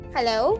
Hello